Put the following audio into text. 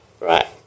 right